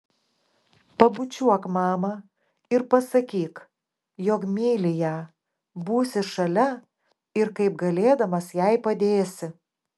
pabučiuok mamą ir pasakyk jog myli ją būsi šalia ir kaip galėdamas jai padėsi